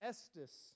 Estes